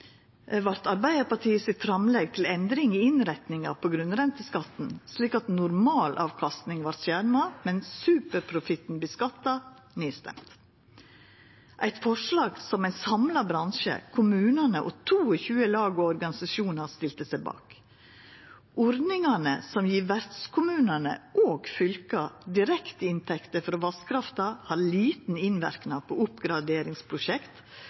vart Arbeidarpartiet sitt framlegg til endring i innretninga på grunnrenteskatten, slik at normalavkastning vart skjerma, men superprofitten skattlagd, nedstemt. Det var eit forslag som ein samla bransje, kommunane og 22 lag og organisasjonar stilte seg bak. Ordningane som gjev vertskommunane og fylka direkteinntekter frå vasskrafta, har liten innverknad på oppgraderingsprosjekt,